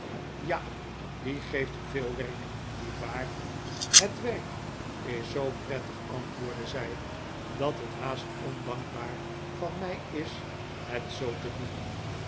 ja die geeft u veel werk niet waar het werk is zoo prettig antwoordde zij dat het haast ondankbaar van mij is het zoo te noemen